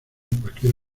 cualquier